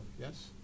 yes